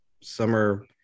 summer